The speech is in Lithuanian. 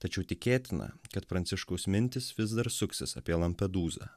tačiau tikėtina kad pranciškaus mintys vis dar suksis apie lampedūzą